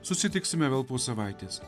susitiksime vėl po savaitės